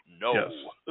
No